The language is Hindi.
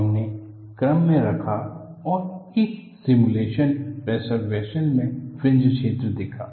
हमने क्रम में रखा और एक सिमुलेटिड प्रेशर वेसल में फ्रिंज क्षेत्र देखा